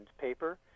paper